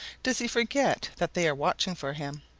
does he forget that they are watching for him.